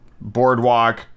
boardwalk